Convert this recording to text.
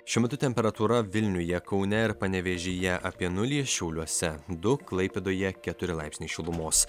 šiuo metu temperatūra vilniuje kaune ir panevėžyje apie nulį šiauliuose du klaipėdoje keturi laipsniai šilumos